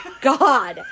God